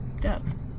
depth